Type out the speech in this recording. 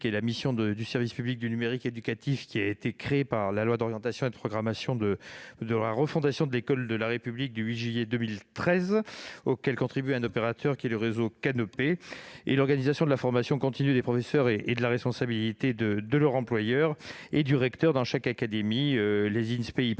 de la mission du service public du numérique éducatif qui a été créé par la loi d'orientation et de programmation pour la refondation de l'école de la République du 8 juillet 2013, auquel contribue un opérateur qui est le réseau Canopé. Par ailleurs, l'organisation de la formation continue des professeurs est de la responsabilité de leur employeur et du recteur dans chaque académie- les Inspé